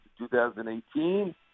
2018